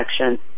action